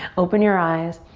open your eyes.